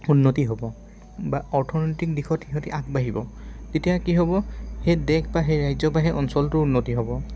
উন্নতি হ'ব বা অৰ্থনৈতিক দিশত সিহঁতি আগবাঢ়িব তেতিয়া কি হ'ব সেই দেশ বা সেই ৰাজ্য বা সেই অঞ্চলটোৰ উন্নতি হ'ব